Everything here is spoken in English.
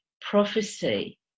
prophecy